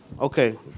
Okay